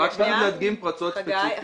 רק להדגים פרצות ספציפיות,